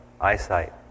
eyesight